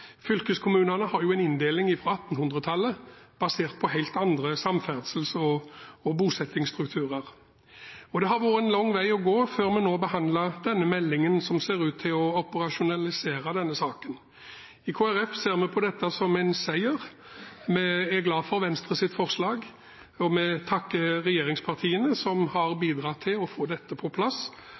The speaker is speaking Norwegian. har vært en lang vei å gå før vi nå behandler denne meldingen som ser ut til å operasjonalisere denne saken. I Kristelig Folkeparti ser vi på dette som en seier. Vi er glad for Venstres forslag, og vi takker regjeringspartiene som har bidratt til å få dette på plass.